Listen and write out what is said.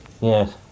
Yes